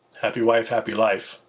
happy wife, happy life.